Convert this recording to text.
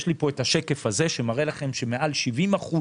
יש לי פה שקף שמראה שמעל 70%